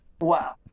Wow